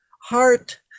heart